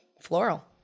Floral